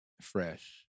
fresh